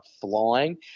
flying